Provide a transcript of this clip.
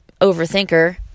overthinker